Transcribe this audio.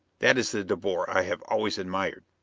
that is the de boer i have always admired!